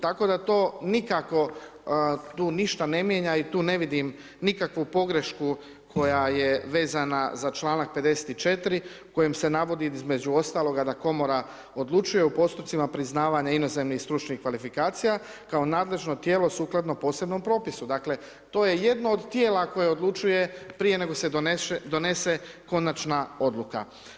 Tako da to nikako tu ništa ne mijenja i tu ne vidim nikakvu pogrešku koja je vezana za članak 54. kojim se navodi između ostalog da komora odlučuje o postupcima priznavanje inozemnih stručnih kvalifikacija kao nadležno tijelo sukladno posebnom propisu, dakle to je jedno od tijela koje odlučuje prije nego se donese konačna odluka.